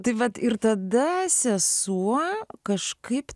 tai vat ir tada sesuo kažkaip